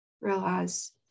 realize